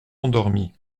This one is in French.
endormi